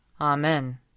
Amen